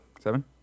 Seven